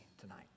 tonight